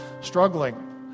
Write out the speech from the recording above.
struggling